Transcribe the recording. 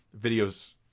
videos